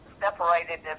separated